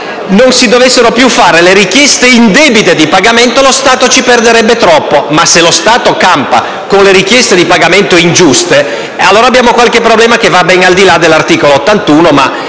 non si dovessero più fare richieste indebite di pagamento lo Stato ci perderebbe troppo; tuttavia, se lo Stato campa con le richieste di pagamento ingiuste, allora abbiamo qualche problema che va ben al di là dell'articolo 81 della